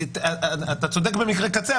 אתה צודק במקרה קצה,